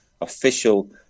official